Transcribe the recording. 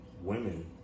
women